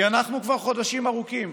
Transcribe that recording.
כי אנחנו כבר חודשים ארוכים,